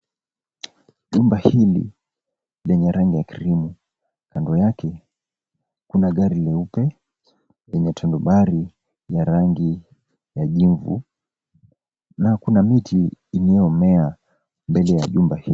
Jumba hili lenye rangi ya krimu. Kando yake kuna gari leupe lenye tondubari ya rangi ya jivu na kuna miti iliomea mbele ya jumba hili.